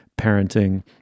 parenting